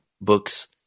books